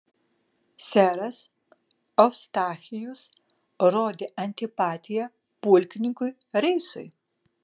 seras eustachijus rodė antipatiją pulkininkui reisui